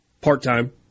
part-time